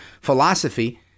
philosophy